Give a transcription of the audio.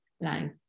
life